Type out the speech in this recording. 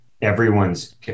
everyone's